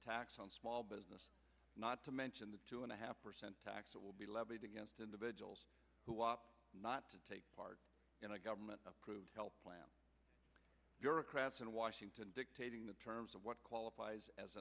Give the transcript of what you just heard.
tax on small business not to mention the two and a half percent tax that will be levied against individuals who opt not to take part in a government approved health plan your craft in washington dictating the terms of what qualifies as